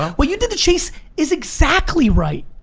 what you did to chase is exactly right.